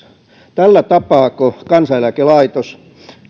tällä tapaako kansaneläkelaitos